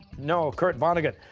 no, kurt vonnegut.